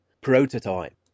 Prototype